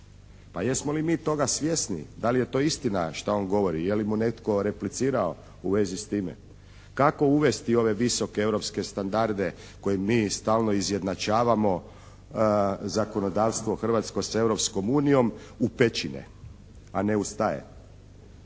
Pa jesmo li mi toga svjesni? Da li je to istina što on govori? Je li mu netko replicirao u vezi s time? Kako uvesti ove visoke europske standarde koje mi stalno izjednačavamo zakonodavstvo hrvatsko s Europskom unijom u pećine a ne u staje?